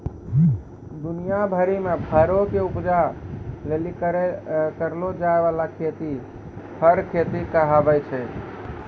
दुनिया भरि मे फरो के उपजा लेली करलो जाय बाला खेती फर खेती कहाबै छै